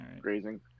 grazing